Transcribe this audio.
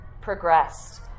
progressed